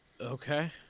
Okay